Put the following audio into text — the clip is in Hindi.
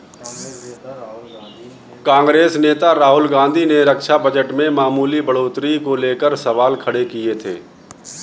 कांग्रेस नेता राहुल गांधी ने रक्षा बजट में मामूली बढ़ोतरी को लेकर सवाल खड़े किए थे